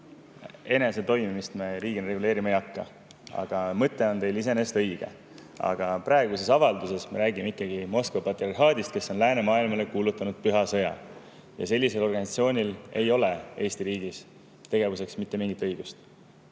enese toimimist me riigina reguleerima ei hakka, aga mõte on teil iseenesest õige. Praeguses avalduses me räägime ikkagi Moskva patriarhaadist, kes on läänemaailmale kuulutanud püha sõja. Sellisel organisatsioonil ei ole Eesti riigis tegutsemiseks mitte mingit õigust.